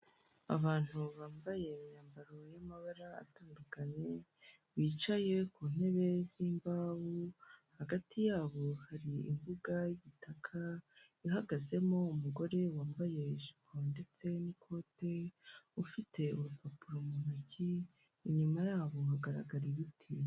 Abantu bambaye imyambaro y'amabara atandukanye, bicaye ku ntebe z'imbaho, hagati yabo hari imbuga y'igitaka ihagazemo umugore wambaye ijipo, ndetse n'ikote ufite urupapuro mu ntoki inyuma yabo hagaragara ibiti.